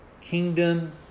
kingdom